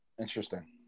interesting